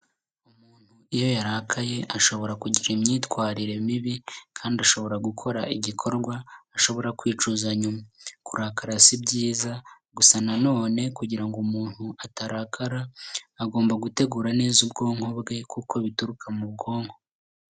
Umuntu iyo yarakaye ashobora kugira imyitwarire mibi, kandi ashobora gukora igikorwa ashobora kwicuza nyuma. Kurakara si ibyiza gusa na none kugira ngo umuntu atarakara agomba gutegura neza ubwonko bwe kuko bituruka mu bwonko.